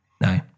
no